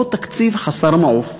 אותו תקציב חסר מעוף,